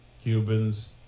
Cubans